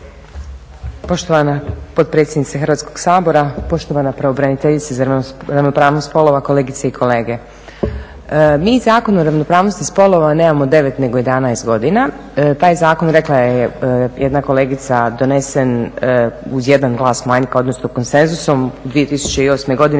Poštovana potpredsjednice Hrvatskog sabora, poštovana pravobraniteljice za ravnopravnost spolova, kolegice i kolege mi Zakon o ravnopravnosti spolova nemamo 9 nego 11 godina. Taj zakon, rekla je jedna kolegica, donesen uz jedan glas manjka, odnosno konsenzusom 2008. godine